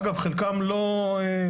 אגב, חלקם לא מומתים.